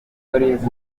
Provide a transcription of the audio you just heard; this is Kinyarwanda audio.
n’ababiligi